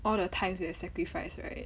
all the times you have sacrifice right